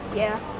yeah.